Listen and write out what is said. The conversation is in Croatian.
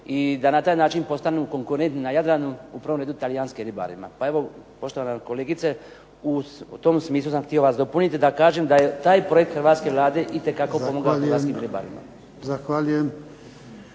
i da na taj način postanu konkurenti na Jadranu, u pravom Pa evo poštovana kolegice, u tom smislu sam htio vas dopuniti da kažem da je taj projekt hrvatske Vlade itekako pomogao hrvatskim ribarima. **Jarnjak,